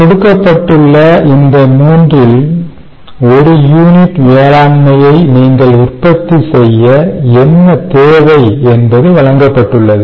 கொடுக்கப்பட்டுள்ள இந்த 3 இல் ஒரு யூனிட் வேளாண்மையை நீங்கள் உற்பத்தி செய்ய என்ன தேவை என்பது வழங்கப்பட்டுள்ளது